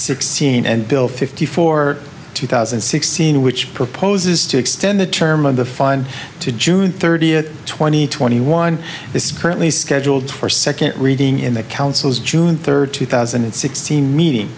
sixteen and bill fifty four two thousand and sixteen which proposes to extend the term of the fine to june thirtieth twenty twenty one this is currently scheduled for second reading in the council's june third two thousand and sixteen meeting